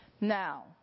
Now